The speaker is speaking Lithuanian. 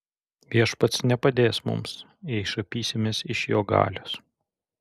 viešpats nepadės mums jei šaipysimės iš jo galios